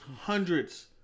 hundreds